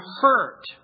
hurt